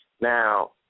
Now